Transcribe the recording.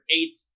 eight